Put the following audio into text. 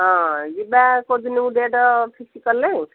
ହଁ ଯିବା କୋଉଦିନକୁ ଡେଟ୍ ଫିକ୍ସ କଲେ